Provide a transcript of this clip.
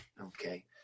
okay